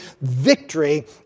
victory